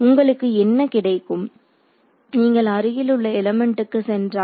உங்களுக்கு என்ன கிடைக்கும் நீங்கள் அருகில் உள்ள எலிமெண்ட்க்கு சென்றால்